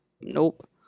nope